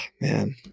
man